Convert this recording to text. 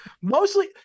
Mostly